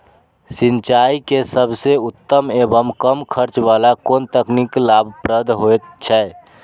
सिंचाई के सबसे उत्तम एवं कम खर्च वाला कोन तकनीक लाभप्रद होयत छै?